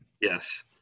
Yes